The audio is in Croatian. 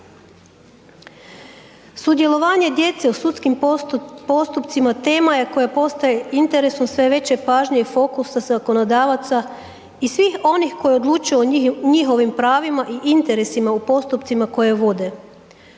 Sudjelovanje djece u sudskim postupcima tema je koja postaje interesom sve veće pažnje i fokusa zakonodavaca i svih onih koji odlučuju o njihovim pravima i interesima u postupcima koje vode.